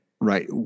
right